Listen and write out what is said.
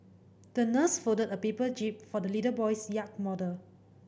the nurse folded a paper jib for the little boy's yacht model